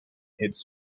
its